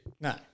No